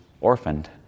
orphaned